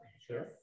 Sure